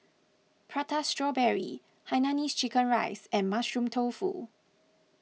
Prata Strawberry Hainanese Chicken Rice and Mushroom Tofu